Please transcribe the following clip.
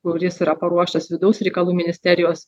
kuris yra paruoštas vidaus reikalų ministerijos